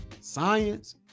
Science